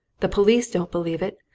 the police don't believe it.